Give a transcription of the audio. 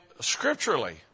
scripturally